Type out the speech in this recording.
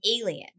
alien